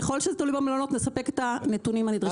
ככל שזה תלוי במלונות, נספק את הנתונים הנדרשים.